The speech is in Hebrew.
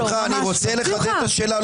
שמחה, אני רוצה לחדד את השאלה.